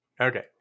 Okay